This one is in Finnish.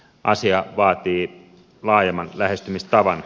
asia vaatii laajemman lähestymistavan